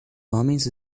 homens